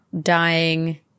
dying